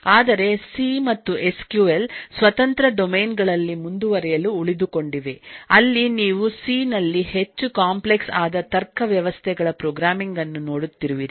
ಆದರೆ ಸಿ ಮತ್ತು SQL ಸ್ವತಂತ್ರ ಡೊಮೇನ್ ಗಳಲ್ಲಿ ಮುಂದುವರಿಯಲು ಉಳಿದುಕೊಂಡಿವೆ ಅಲ್ಲಿ ನೀವು ಸಿ ನಲ್ಲಿ ಹೆಚ್ಚು ಕಾಂಪ್ಲೆಕ್ಸ್ ಆದ ತರ್ಕ ವ್ಯವಸ್ಥೆಗಳ ಪ್ರೋಗ್ರಾಮಿಂಗ್ ಅನ್ನು ನೋಡುತ್ತಿರುವಿರಿ